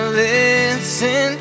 listen